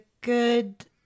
good